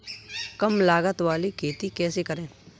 कम लागत वाली खेती कैसे करें?